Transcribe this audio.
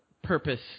purpose